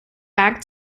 back